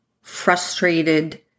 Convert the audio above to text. frustrated